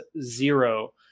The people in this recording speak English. zero